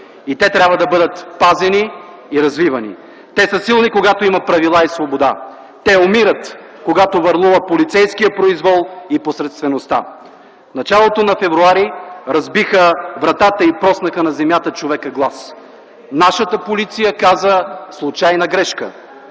и те трябва да бъдат пазени и развивани. Те са силни, когато има правила и свобода. Те умират, когато върлува полицейският произвол и посредствеността. В началото на м. февруари разбиха вратата и проснаха на земята Човека глас. Нашата полиция каза: „Случайна грешка!”.